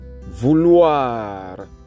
vouloir